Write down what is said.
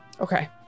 Okay